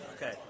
Okay